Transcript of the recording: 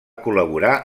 col·laborar